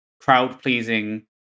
crowd-pleasing